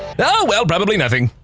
oh, well! probably nothing.